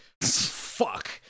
fuck